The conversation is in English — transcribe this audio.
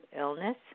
illness